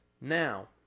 Now